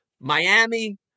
Miami